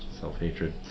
Self-hatred